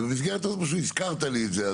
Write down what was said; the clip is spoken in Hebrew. ובמסגרת הזאת פשוט הזכרת לי את זה.